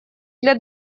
для